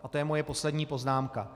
A to je moje poslední poznámka.